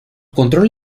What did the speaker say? control